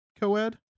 co-ed